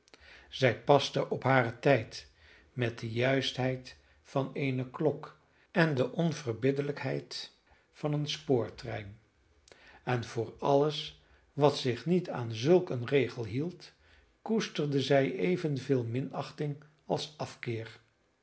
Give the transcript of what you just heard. zij paste op haren tijd met de juistheid van eene klok en de onverbiddelijkheid van een spoortrein en voor alles wat zich niet aan zulk een regel hield koesterde zij evenveel minachting als afkeer